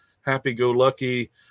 happy-go-lucky